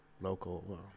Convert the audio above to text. local